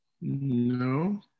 No